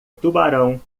tubarão